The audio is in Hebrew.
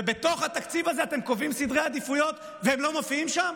ובתוך התקציב הזה אתם קובעים סדרי עדיפויות והם לא מופיעים שם?